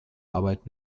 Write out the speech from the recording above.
arbeit